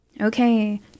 Okay